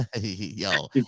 yo